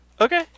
Okay